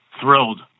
Thrilled